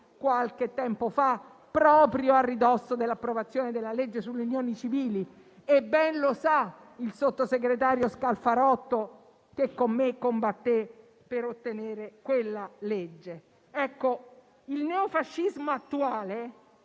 qualche tempo fa, proprio a ridosso dell'approvazione della legge sulle unioni civili. E ben lo sa il sottosegretario Scalfarotto, che con me combatté per ottenere quella legge. Il neofascismo attuale